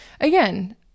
again